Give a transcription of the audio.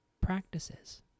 practices